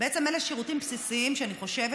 בעצם אלה שירותים בסיסיים שאני חושבת